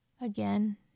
Again